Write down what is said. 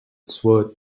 swore